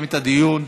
את הדיון.